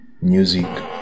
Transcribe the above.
music